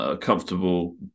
comfortable